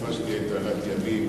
סופה שתהיה תעלת ימים